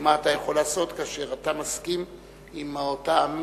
מה אתה יכול לעשות כאשר אתה מסכים עם אותם